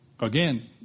Again